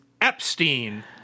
Epstein